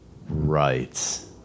Right